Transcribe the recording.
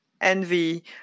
envy